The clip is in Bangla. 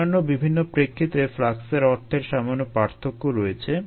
অন্যান্য বিভিন্ন প্রেক্ষিতে ফ্লাক্সের অর্থের সামান্য পার্থক্য রয়েছে